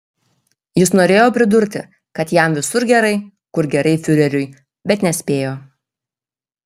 jis norėjo pridurti kad jam visur gerai kur gerai fiureriui bet nespėjo